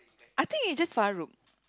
I think it's just Farouk